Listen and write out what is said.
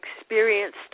experienced